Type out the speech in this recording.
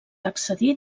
accedir